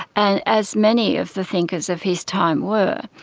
and as many of the thinkers of his time were.